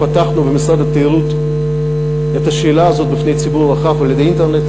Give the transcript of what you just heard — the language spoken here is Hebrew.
פתחנו במשרד התיירות את השאלה הזאת לפני הציבור הרחב על-ידי האינטרנט.